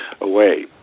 away